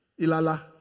Ilala